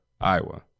iowa